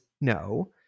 no